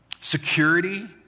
Security